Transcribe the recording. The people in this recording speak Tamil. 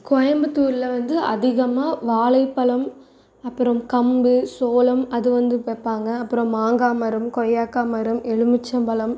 கோயம்புத்தூரில் வந்து அதிகமாக வாழை பழம் அப்புறம் கம்பு சோளம் அது வந்து வைப்பாங்க அப்புறம் மாங்காய் மரம் கொய்யாக்கா மரம் எலுமிச்சம்பழம்